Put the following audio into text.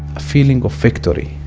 a feeling of victory.